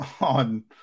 on